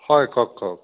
হয় কওক কওক